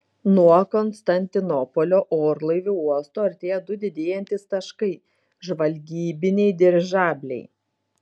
nuo konstantinopolio orlaivių uosto artėjo du didėjantys taškai žvalgybiniai dirižabliai